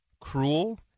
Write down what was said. cruel